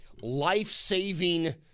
life-saving